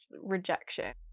rejection